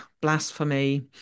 blasphemy